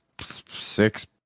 Six